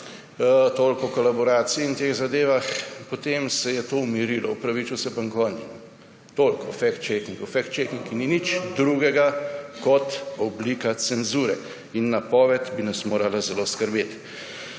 Toliko o kolaboracijah in teh zadevah. Potem se je to umirilo, opravičil se pa nikoli ni. Toliko o fact-checkingu. Fact-checking ni nič drugega kot oblika cenzure in napoved bi nas morala zelo skrbeti.